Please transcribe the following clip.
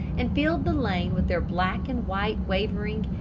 and filled the lane with their black-and-white wavering,